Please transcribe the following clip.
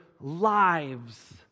lives